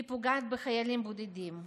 היא פוגעת בחיילים בודדים,